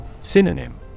Synonym